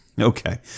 Okay